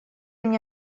мне